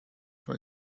for